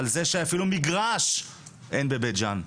על זה שאפילו מגרש אין בבית ג'אן.